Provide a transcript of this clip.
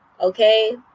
okay